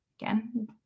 Again